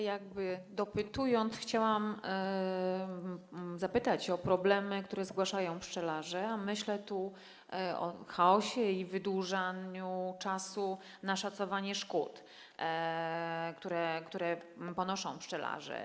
Jakby dopytując, chciałam zapytać o problemy, które zgłaszają pszczelarze, a myślę tu o chaosie i wydłużaniu czasu na szacowanie szkód, które ponoszą pszczelarze.